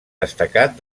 destacat